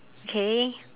okay